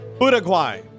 Uruguay